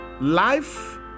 Life